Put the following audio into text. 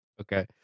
Okay